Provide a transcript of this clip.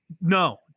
No